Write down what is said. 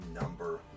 number